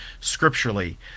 scripturally